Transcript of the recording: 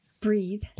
breathe